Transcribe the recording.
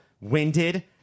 winded